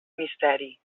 misteri